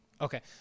Okay